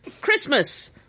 Christmas